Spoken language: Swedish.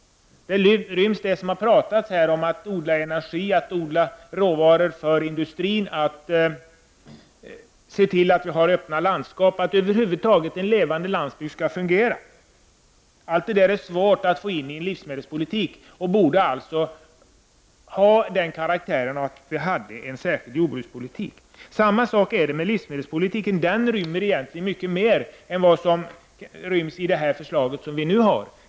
Där ryms det som det har talats om här, nämligen att det skall odlas energi, att det skall odlas råvaror för industrin, att man skall se till att det finns öppna landskap och över huvud taget att en levande landsbygd skall fungera. Allt detta är svårt att få in i en livsmedelspolitik. Därför borde det finnas en särskild jordbrukspolitik. På samma sätt förhåller det sig med livsmedelspolitiken, nämligen att den rymmer mycket mer än det som tas upp i det föreliggande förslaget.